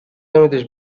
قیمتش